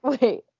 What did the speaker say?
wait